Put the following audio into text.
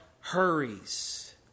hurries